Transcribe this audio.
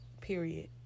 period